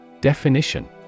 Definition